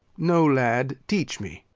no, lad teach me.